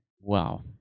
Wow